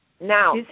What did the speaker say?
Now